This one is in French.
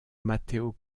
matteo